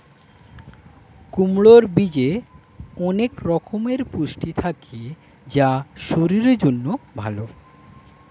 কুমড়োর বীজে অনেক রকমের পুষ্টি থাকে যা শরীরের জন্য ভালো